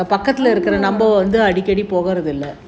ஆமா:aamaa